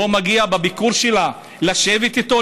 לא מגיע בביקור שלה לשבת איתו,